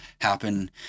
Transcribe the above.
happen